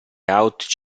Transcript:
aut